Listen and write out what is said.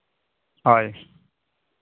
ᱦᱳᱭ